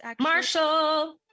Marshall